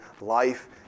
life